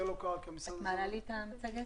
זה לא קרה כי המשרד ההוא לא הקשיב.